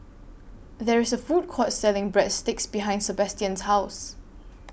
There IS A Food Court Selling Breadsticks behind Sebastian's House